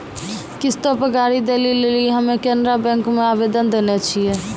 किश्तो पे गाड़ी दै लेली हम्मे केनरा बैंको मे आवेदन देने छिये